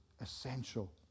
essential